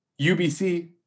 UBC